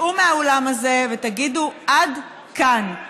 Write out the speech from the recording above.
תצאו מהאולם הזה ותגידו: עד כאן.